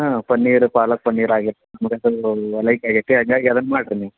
ಹಾಂ ಪನ್ನೀರ್ ಪಾಲಕ್ ಪನ್ನೀರ್ ಹಾಗೆ ನಮ್ಗೆ ಅಂತೂ ಲೈಕ್ ಆಗೈತೆ ಹಾಗಾಗಿ ಅದನ್ನ ಮಾಡಿರಿ ನೀವು